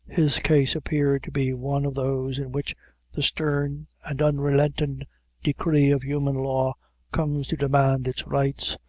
his case appeared to be one of those in which the stern and unrelenting decree of human law comes to demand its rights,